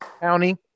County